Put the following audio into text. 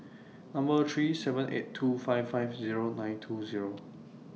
Number three seven eight two five five Zero nine two Zero